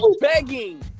begging